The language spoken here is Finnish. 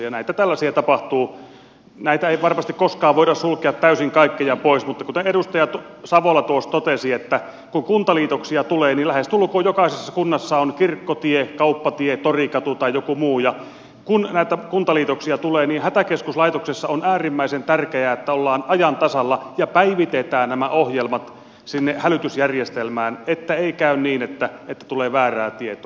ja näitä tällaisia tapahtuu näitä ei varmasti koskaan voida sulkea kaikkia täysin pois mutta kuten edustaja savola tuossa totesi kun kuntaliitoksia tulee ja lähestulkoon jokaisessa kunnassa on kirkkotie kauppatie torikatu tai joku muu ja kun rata kuntaliitoksia tulee vieläpä niin on äärimmäisen tärkeää että hätäkeskuslaitoksessa ollaan ajan tasalla ja päivitetään nämä ohjelmat sinne hälytysjärjestelmään että ei käy niin että tulee väärää tietoa